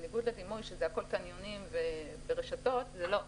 בניגוד לדימוי שזה הכול קניונים ורשתות, זה לא.